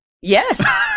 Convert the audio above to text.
Yes